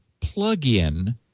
plugin